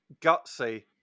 gutsy